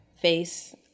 face